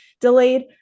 delayed